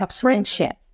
friendship